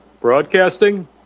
Broadcasting